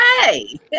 Hey